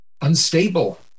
unstable